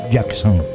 Jackson